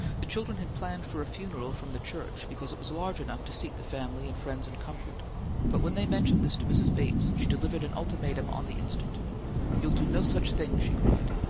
the children had planned for a funeral from the church, because it was large enough to seat the family and friends in comfort but when they mentioned this to mrs. bates, she delivered an ultimatum on the instant you'll do no such thing! she cried.